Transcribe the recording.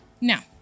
Now